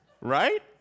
right